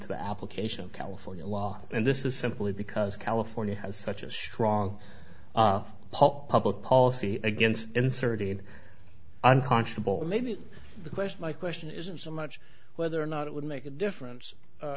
to the application of california law and this is simply because california has such a strong pulp public policy against inserted unconscionable or maybe the question my question isn't so much whether or not it would make a difference